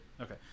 Okay